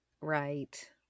Right